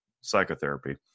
psychotherapy